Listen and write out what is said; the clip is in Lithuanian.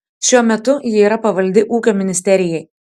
šiuo metu ji yra pavaldi ūkio ministerijai